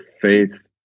faith